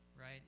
right